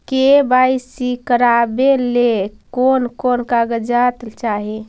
KYC करावे ले कोन कोन कागजात चाही?